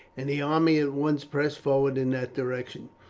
and the army at once pressed forward in that direction.